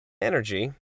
Energy